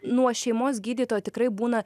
nuo šeimos gydytojo tikrai būna